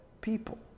people